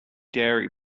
dairy